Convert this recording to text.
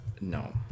No